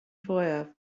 fwyaf